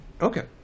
okay